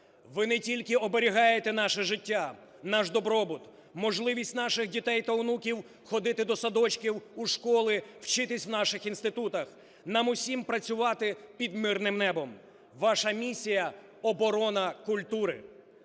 Ви не тільки оберігаєте наше життя, наш добробут, можливість наших дітей та онуків ходити до садочків, у школи, вчитись в наших інститутах, нам усім працювати під мирним небом. Ваша місія – оборона культури.